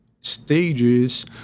stages